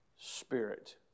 Spirit